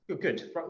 Good